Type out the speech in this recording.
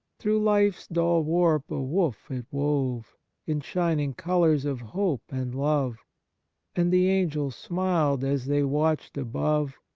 through life's dull warp a woof it wove in shining colours of hope and love and the angels smiled as they watched above,